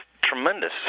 tremendous